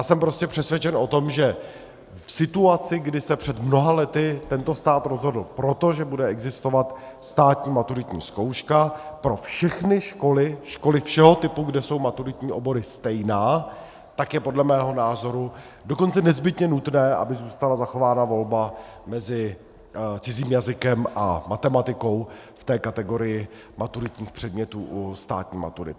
Jsem prostě přesvědčen o tom, že v situaci, kdy se před mnoha lety tento stát rozhodl pro to, že bude existovat státní maturitní zkouška pro všechny školy, školy všeho typu, kde jsou maturitní obory stejné, tak je podle mého názoru dokonce nezbytně nutné, aby zůstala zachována volba mezi cizím jazykem a matematikou v té kategorii maturitních předmětů u státní maturity.